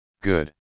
Good